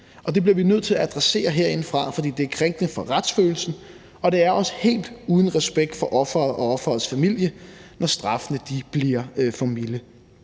Det bliver vi nødt til at adressere herindefra, for det er krænkende for retsfølelsen, og det er også helt uden respekt for ofret og ofrets familie, når straffene bliver for milde.